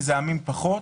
מזהמים פחות.